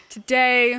Today